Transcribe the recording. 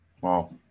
Wow